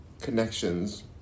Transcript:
connections